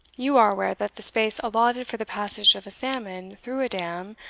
you are aware that the space allotted for the passage of a salmon through a dam,